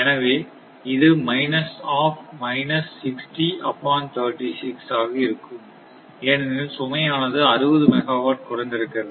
எனவே இது minus of minus 60 upon 36 upon 36 ஆக இருக்கும் ஏனெனில் சுமையானது 60 மெகாவாட் குறைந்திருக்கிறது